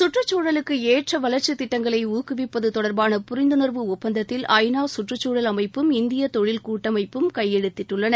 சுற்றுச்சூழலுக்கு ஏற்ற வளர்ச்சித்திட்டங்களை ஊக்குவிப்பது தொடர்பான புரிந்துணர்வு ஒப்பந்தத்தில் ஐநா சுற்றுச்சூழல் அமைப்பும் இந்திய தொழில் கூட்டமைப்பும் கையெழுத்திட்டுள்ளன